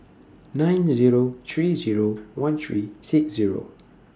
nine Zero three Zero one three six Zero